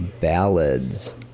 ballads